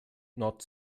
nord